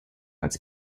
als